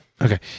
Okay